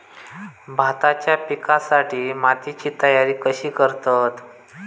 भाताच्या पिकासाठी मातीची तयारी कशी करतत?